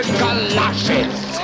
galoshes